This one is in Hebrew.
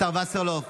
השר וסרלאוף,